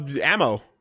ammo